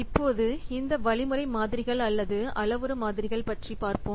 இப்போது இந்த வழிமுறை மாதிரிகள் அல்லது அளவுரு மாதிரிகள் பற்றி பார்ப்போம்